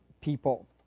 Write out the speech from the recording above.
people